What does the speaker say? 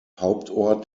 hauptort